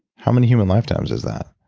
how many human lifetimes is that?